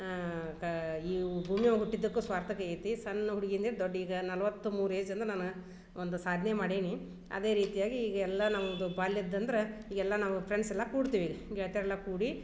ಕಾ ಈವ್ ಭೂಮಿಯಾಗ್ ಹುಟ್ಟಿದಕ್ಕು ಸ್ವಾರ್ಥಕ ಐತಿ ಸಣ್ಣ ಹುಡ್ಗಿಯಿಂದ ಈಗ ದೊಡ್ಡ ಈಗ ನಲವತ್ತು ಮೂರು ಏಜ್ ಅಂದ್ರ ನಾನು ಒಂದು ಸಾಧನೆ ಮಾಡೀನಿ ಅದೇ ರೀತಿಯಾಗಿ ಈಗ ಎಲ್ಲ ನಮ್ಮದು ಬಾಲ್ಯದ್ದಂದ್ರ ಈಗೆಲ್ಲ ನಾವು ಪ್ರೆಂಡ್ಸ್ ಎಲ್ಲ ಕೂಡ್ತಿವಿ ಈಗ ಗೆಳತಿಯರೆಲ್ಲ ಕೂಡಿ